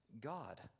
God